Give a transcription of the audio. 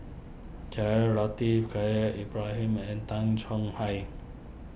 Jaafar Latiff Khalil Ibrahim and Tay Chong Hai